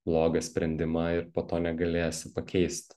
blogą sprendimą ir po to negalėsi pakeist